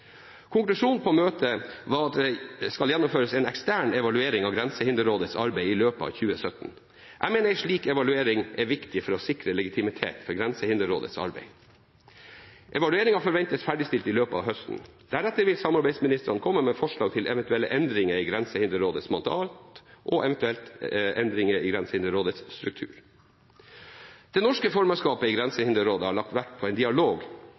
Konklusjonen på møtet var at det skal gjennomføres en ekstern evaluering av Grensehinderrådets arbeid i løpet av 2017. Jeg mener en slik evaluering er viktig for å sikre legitimitet for Grensehinderrådets arbeid. Evalueringen forventes ferdigstilt i løpet av høsten. Deretter vil samarbeidsministrene komme med forslag til eventuelle endringer i Grensehinderrådets mandat og eventuelt endringer i Grensehinderrådets struktur. Det norske formannskapet i Grensehinderrådet har lagt vekt på en dialog